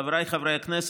חבריי חברי הכנסת,